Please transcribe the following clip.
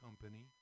Company